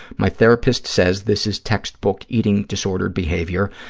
my therapist says this is textbook eating disordered behavior,